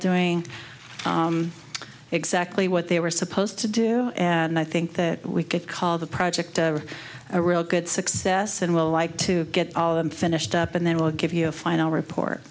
doing exactly what they were supposed to do and i think that we could call the project a real good success and we'll like to get all of them finished up and then we'll give you a final report